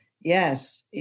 Yes